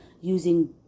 using